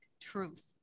truth